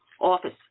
Office